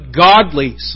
godly